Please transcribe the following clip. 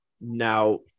now